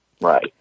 Right